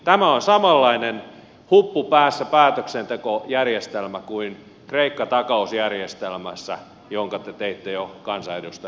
tämä on samanlainen huppu päässä päätöksentekojärjestelmä kuin kreikka takausjärjestelmässä jonka te teitte kansanedustajille jo aikaisemmin